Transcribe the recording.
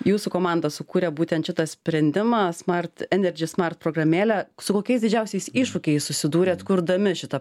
jūsų komanda sukūrė būtent šitą sprendimą smart energysmart programėlę su kokiais didžiausiais iššūkiais susidūrėt kurdami šitą